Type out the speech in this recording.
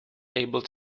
able